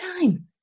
time